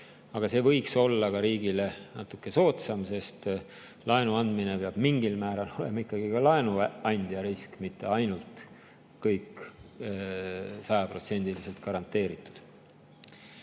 Aga see võiks olla riigile natuke soodsam, sest laenu andmine peab mingil määral olema ikkagi ka laenuandja risk, mitte nii, et kõik on